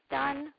done